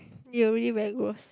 you really very gross